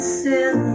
sin